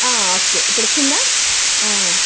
okay ఇప్పుడు వచ్చిందా